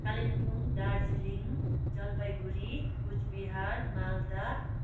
Kalimpong Darjeeling Jalpaiguri Cooch Behar Malda